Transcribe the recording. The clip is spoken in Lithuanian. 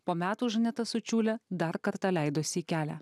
po metų žaneta su čiule dar kartą leidosi į kelią